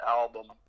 album